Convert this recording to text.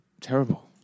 terrible